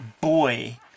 boy